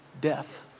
death